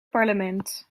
parlement